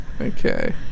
okay